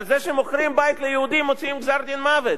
שעל מי שמוכרים בית ליהודי מוציאים גזר-דין מוות,